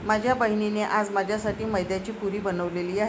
माझ्या बहिणीने आज माझ्यासाठी मैद्याची पुरी बनवली आहे